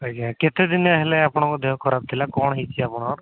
ଆଜ୍ଞା କେତେ ଦିନିଆ ହେଲାଣି ଆପଣଙ୍କ ଦେହ ଖରାପ ଥିଲା କ'ଣ ହେଇଛି ଆପଣଙ୍କର